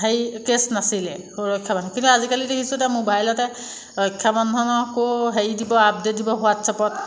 হেৰি কেছ নাছিলে সুৰক্ষা কিন্তু আজিকালি দেখিছোঁ এতিয়া মোবাইলতে ৰক্ষা বন্ধনৰ ক'ৰ হেৰি দিব আপডেট দিব হোৱাটছাপত